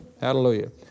Hallelujah